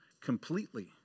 completely